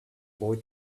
boy